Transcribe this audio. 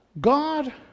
God